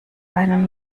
einen